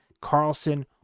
Carlson